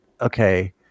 Okay